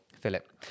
Philip